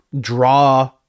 draw